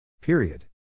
Period